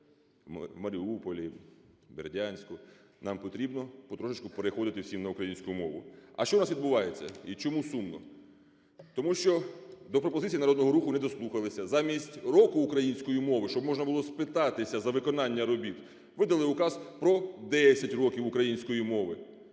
Маріуполі, в Бердянську, нам потрібно потрошечку переходити всім на українську мову. А що у нас відбувається і чому сумно? Тому що до пропозицій Народного Руху не дослухалися. Замість року української мови, щоб можна було спитатися за виконання робіт, видали Указ про 10 років української мови.